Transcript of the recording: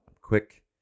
quick